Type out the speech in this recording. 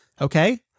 okay